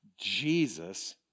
Jesus